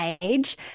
age